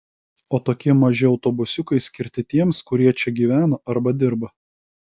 o tokie maži autobusiukai skirti tiems kurie čia gyvena arba dirba